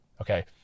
okay